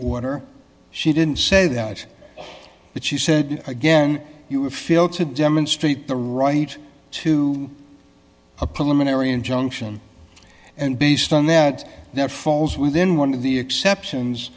order she didn't say that but she said again you would feel to demonstrate the right to a preliminary injunction and based on that that falls within one of the exceptions